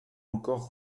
encore